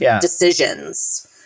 decisions